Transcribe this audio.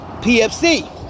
PFC